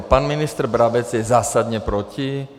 Pan ministr Brabec je zásadně proti.